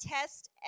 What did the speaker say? test